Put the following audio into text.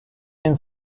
min